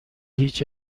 هیچ